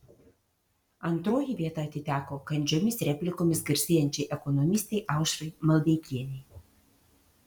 antroji vieta atiteko kandžiomis replikomis garsėjančiai ekonomistei aušrai maldeikienei